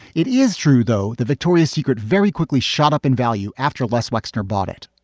it is true, though, the victoria's secret very quickly shot up in value. after less wexner bought it.